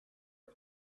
are